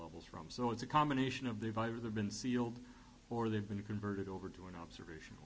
levels from so it's a combination of they've either been sealed or they've been converted over to an observation